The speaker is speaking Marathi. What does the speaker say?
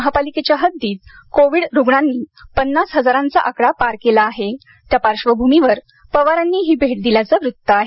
महापालिकेच्या हद्दीत कोविड रुग्णांनी पन्नास हजारांचा आकडा पार केला आहे त्या पार्श्वभूमीवर पवारांनी ही भेट दिल्याचं वृत्त आहे